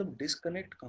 disconnect